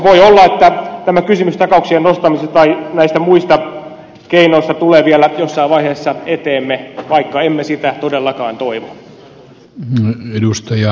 voi olla että tämä kysymys takauksien nostamisesta tai näistä muista keinoista tulee vielä jossain vaiheessa eteemme vaikka emme sitä todellakaan toivo